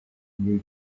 new